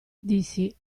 dissi